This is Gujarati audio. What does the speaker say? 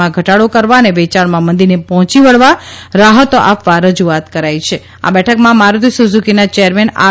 માં ઘટાડો કરવા અને વેચાણમાં મંદીને પહોચી વળવા રાહતો આપવા રજૂઆત કરાઇ છે આ બેઠકમાં મારુતી સુઝુકીના ચેરમેન આર